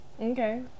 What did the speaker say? okay